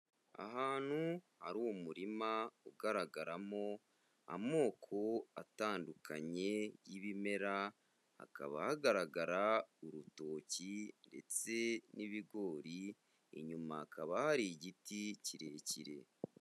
Ahantu hari umurima ugaragaramo amoko atandukanye y'ibimera, hakaba hagaragara urutoki ndetse n'ibigori, inyuma hakaba hari igiti kirekire.